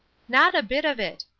not a bit of it.